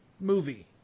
movie